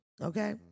okay